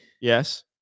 Yes